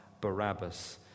Barabbas